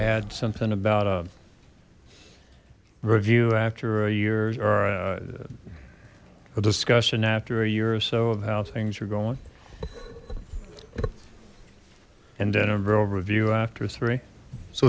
add something about a review after a years or a discussion after a year or so of how things are going and then a real review after three so